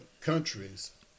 countries